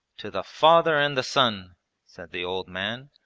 to the father and the son said the old man,